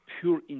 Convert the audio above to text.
pure